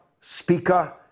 speaker